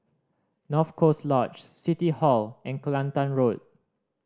North Coast Lodge City Hall and Kelantan Road